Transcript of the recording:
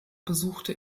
besuchte